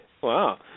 Wow